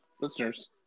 listeners